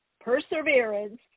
perseverance